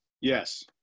Yes